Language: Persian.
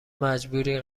مجبوری